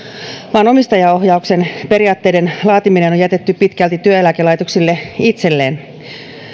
vaan omistajaohjauksen periaatteiden laatiminen on on jätetty pitkälti työeläkelaitoksille itselleen